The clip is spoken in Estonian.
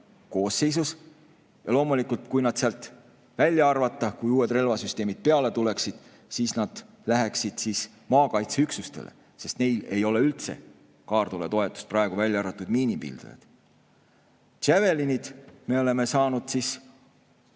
koosseisus ja loomulikult, kui nad sealt välja arvata, kui uued relvasüsteemid peale tuleksid, siis need läheksid maakaitseüksustele, sest neil ei ole üldse kaartule toetust praegu, välja arvatud miinipildujad. Javelinid on Ukraina saanud abi